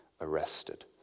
arrested